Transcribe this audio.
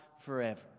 forever